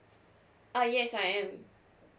uh yes I am